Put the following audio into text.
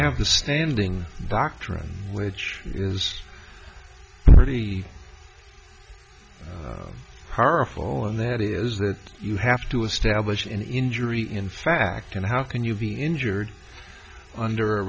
have the standing doctrine which is pretty powerful and that is that you have to establish an injury in fact and how can you be injured under a